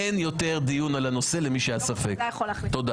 אין יותר דיון על הנושא למי שהיה ספק, תודה.